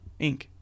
Inc